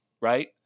right